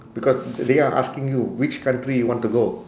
because they are asking you which country you want to go